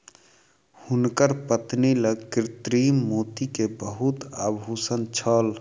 हुनकर पत्नी लग कृत्रिम मोती के बहुत आभूषण छल